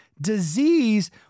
disease